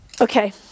Okay